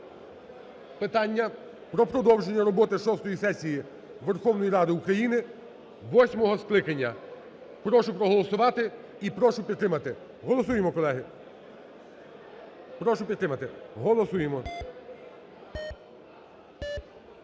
питання про продовження роботи шостої сесії Верховної Ради України восьмого скликання. Прошу проголосувати і прошу підтримати. Голосуємо, колеги. Прошу підтримати, голосуємо.